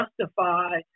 justify